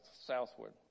southward